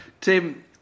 Tim